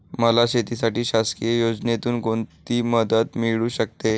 मला शेतीसाठी शासकीय योजनेतून कोणतीमदत मिळू शकते?